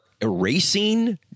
erasing